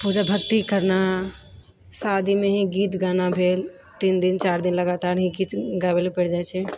पूजा भक्ति करना शादीमे ही गीत गाना भेल तीन दिन चारि दिन लगातार ही गीत गाबैले पड़ि जाए छै